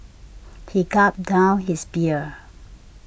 he gulped down his beer